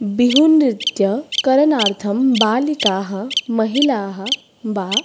बिहूनृत्यकरणार्थं बालिकाः महिलाः वा